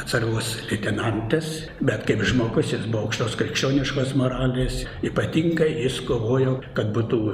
atsargos leitenantas bet kaip žmogus jis buvo aukštos krikščioniškos moralės ypatingai jis kovojo kad būtų